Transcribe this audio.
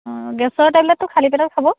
অঁ গেছৰ টেবলেটটো খালী পেটত খাব